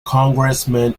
congressman